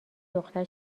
دختر